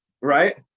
right